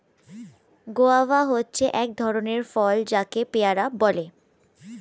guava হচ্ছে এক ধরণের ফল যাকে পেয়ারা বলে